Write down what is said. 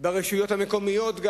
ברשויות המקומיות.